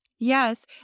Yes